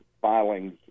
filings